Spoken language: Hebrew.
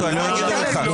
לממשלה...